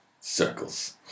circles